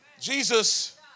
Jesus